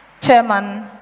Chairman